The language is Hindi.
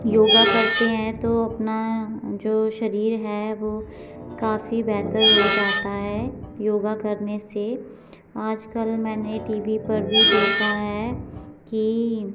योगा करते हैं तो अपना जो शरीर है वो काफी बेहतर हो जाता है योगा करने से आज कल मैंने टी वी पर भी देखा है कि